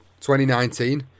2019